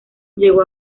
llegó